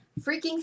freaking